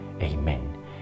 amen